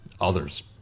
others